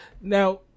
Now